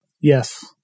Yes